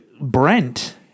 brent